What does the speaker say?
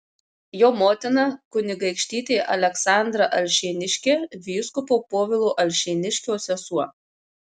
jo motina kunigaikštytė aleksandra alšėniškė vyskupo povilo alšėniškio sesuo